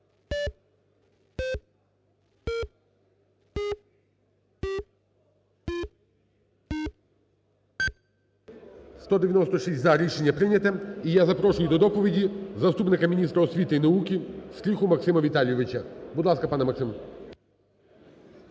За-196 Рішення прийнято. І я запрошую до доповіді заступника міністра освіти і науки Стріху Максима Віталійович. Будь ласка, пане Максим.